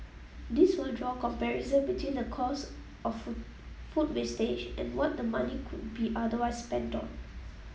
these will draw comparison between the cost of food wastage and what the money could be otherwise spent on